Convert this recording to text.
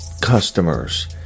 customers